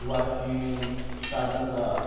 Washim Karanja